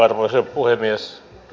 arvoisa puhemies